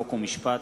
חוק ומשפט.